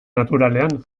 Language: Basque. naturalean